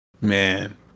Man